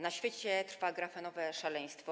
Na świecie trwa grafenowe szaleństwo.